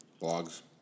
blogs